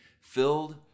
filled